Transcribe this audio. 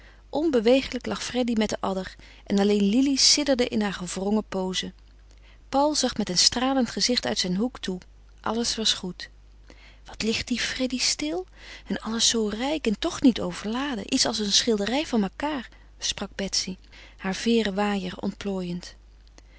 onbewegelijk lag freddy met den adder en alleen lili sidderde in haar gewrongen poze paul zag met een stralend gezicht uit zijn hoek toe alles was goed wat ligt die freddy stil en alles zoo rijk en toch niet overladen iets als een schilderij van makart sprak betsy haar veeren waaier ontplooiend